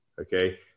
Okay